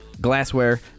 glassware